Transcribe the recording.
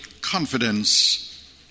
confidence